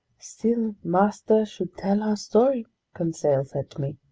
still, master should tell our story conseil said to me.